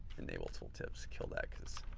enable tooltips. kill that because